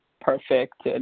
perfect